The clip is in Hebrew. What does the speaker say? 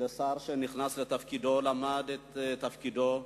לשר שנכנס לתפקידו, למד את תפקידו,